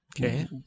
Okay